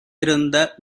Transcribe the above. இருந்த